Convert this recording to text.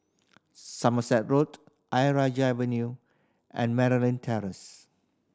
Somerset Road Ayer Rajah Avenue and Terrace